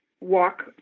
walk